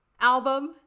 Album